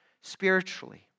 spiritually